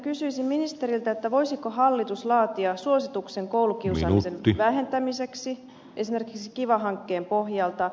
kysyisin ministeriltä voisiko hallitus laatia suosituksen koulukiusaamisen vähentämiseksi esimerkiksi kiva hankkeen pohjalta